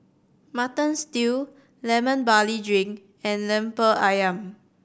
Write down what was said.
Mutton Stew Lemon Barley Drink and Lemper Ayam